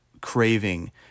craving